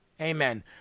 Amen